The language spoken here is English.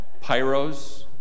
Pyros